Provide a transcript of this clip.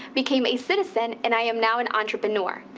became a citizen and i am now an entrepreneur.